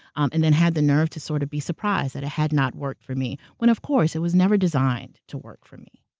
um and then had the nerve to sort of be surprised that it had not worked for me, when of course, it was never designed to work for me.